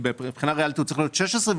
מבחינה ריאלית הוא צריך להיות 16 מיליון,